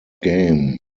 game